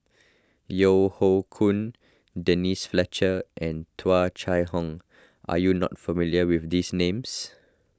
Yeo Hoe Koon Denise Fletcher and Tung Chye Hong are you not familiar with these names